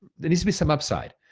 there needs to be some upside.